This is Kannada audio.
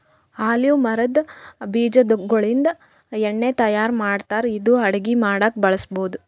ಆಲಿವ್ ಮರದ್ ಬೀಜಾಗೋಳಿಂದ ಎಣ್ಣಿ ತಯಾರ್ ಮಾಡ್ತಾರ್ ಇದು ಅಡಗಿ ಮಾಡಕ್ಕ್ ಬಳಸ್ಬಹುದ್